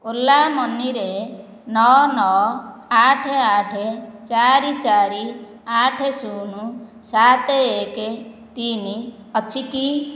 ଓଲା ମନିରେ ନଅ ନଅ ଆଠ ଆଠ ଚାରି ଚାରି ଆଠ ଶୁନ ସାତ ଏକ ତିନ ଅଛି କି